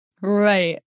Right